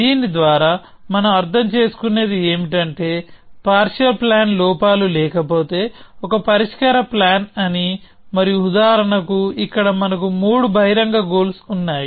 దీని ద్వారా మనం అర్థం చేసుకునేది ఏమిటంటే పార్షియల్ ప్లాన్ లోపాలు లేకపోతే ఒక పరిష్కార ప్లాన్ అని మరియు ఉదాహరణకు ఇక్కడ మనకు మూడు బహిరంగ గోల్స్ ఉన్నాయి